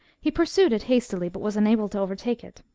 he pursued it hastily, but was unable to overtake it.